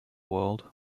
world